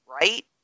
right